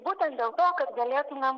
būtent dėl to kad galėtume